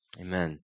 Amen